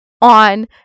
on